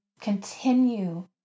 continue